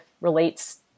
relates